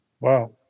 Wow